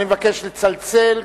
אני מבקש לצלצל,